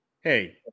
Hey